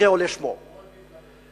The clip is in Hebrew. הוא עוד מתלבט.